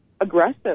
aggressive